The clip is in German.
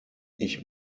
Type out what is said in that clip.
ich